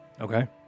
Okay